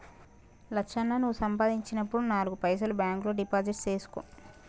లచ్చన్న నువ్వు సంపాదించినప్పుడు నాలుగు పైసలు బాంక్ లో డిపాజిట్లు సేసుకో